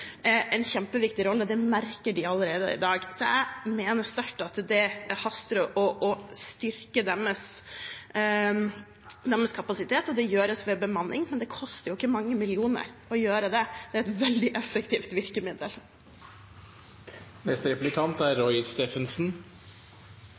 en kjempeviktig rolle. Det merker de allerede i dag. Så jeg mener sterkt at det haster å styrke deres kapasitet, og det gjøres ved bemanning. Det koster jo ikke mange millionene å gjøre det, og det er et veldig effektivt